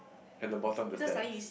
at the bottom of the stairs